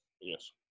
Yes